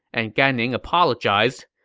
and gan ning apologized.